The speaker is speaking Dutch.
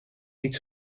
niet